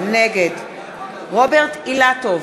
נגד רוברט אילטוב,